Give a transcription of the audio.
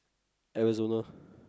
Arizona